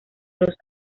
los